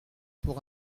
pour